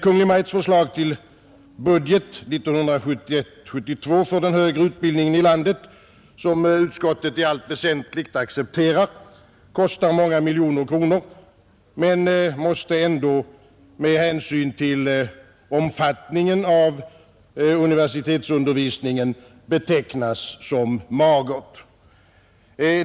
Kungl. Maj:ts förslag till budget 1971/72 för den högre utbildningen i landet, som utskottet i allt väsentligt accepterar, kostar många miljoner kronor men måste ändå med hänsyn till omfattningen av universitetsundervisningen betecknas som magert.